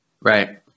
Right